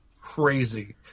crazy